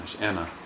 Anna